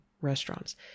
restaurants